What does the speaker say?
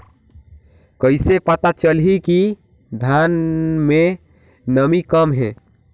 कइसे पता चलही कि धान मे नमी कम हे?